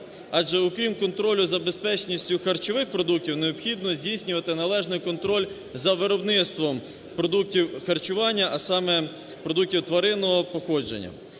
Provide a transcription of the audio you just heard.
адже окрім контролю за безпечністю харчових продуктів необхідно здійснювати належний контроль за виробництвом продуктів харчування, а саме продуктів тваринного походження.